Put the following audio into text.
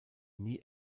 nie